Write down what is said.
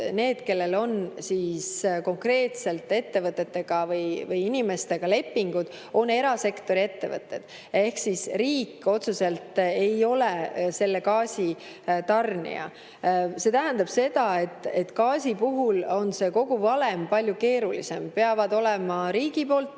need, kellel on konkreetselt ettevõtetega või inimestega lepingud, on erasektori ettevõtted ehk riik otseselt ei ole selle gaasi tarnija. See tähendab seda, et gaasi puhul on kogu valem palju keerulisem. Peavad olema riigi poolt